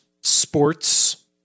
sports